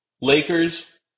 Lakers